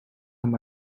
vom